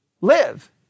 live